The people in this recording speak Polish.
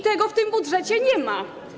Tego w tym budżecie nie ma.